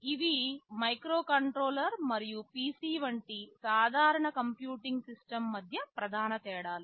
ఇవి మైక్రోకంట్రోలర్ మరియు PC వంటి సాధారణ కంప్యూటింగ్ సిస్టమ్ మధ్య ప్రధాన తేడాలు